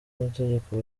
amategeko